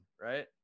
Right